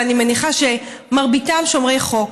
ואני מניחה שמרביתם שומרי חוק,